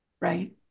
right